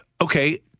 Okay